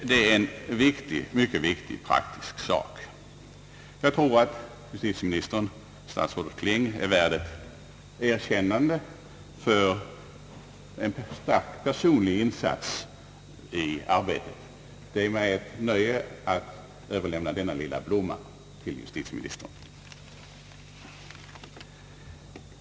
Det är en mycket viktig praktisk sak. Jag tror att justitieministern, statsrådet Kling, är värd ett erkännande för en stor personlig insats i arbetet. Det är mig ett nöje att överlämna denna lilla blomma till justitieministern.